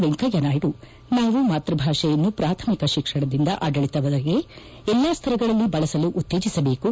ವೆಂಕಯ್ದನಾಯ್ದು ನಾವು ಮಾತೃಭಾಷೆಯನ್ನು ಪ್ರಾಥಮಿಕ ಶಿಕ್ಷಣದಿಂದ ಆಡಳಿತದವರೆಗೆ ಎಲ್ಲಾ ಸ್ತರಗಳಲ್ಲಿ ಬಳಸಲು ಉತ್ತೇಜಿಸಬೇಕು